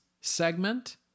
segment